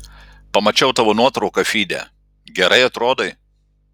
pamačiau tavo nuotrauką fyde gerai atrodai